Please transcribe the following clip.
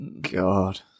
God